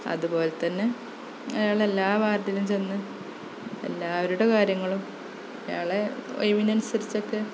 അതുപോലെതന്നെ അയാൾ എല്ലാ വാര്ഡിലും ചെന്ന് എല്ലാവരുടെ കാര്യങ്ങളും അയാളെ ഒഴിവിനനുസരിച്ചൊക്കെ